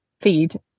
feed